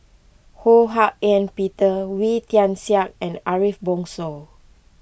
Ho Hak Ean Peter Wee Tian Siak and Ariff Bongso